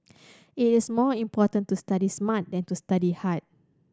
it is more important to study smart than to study hard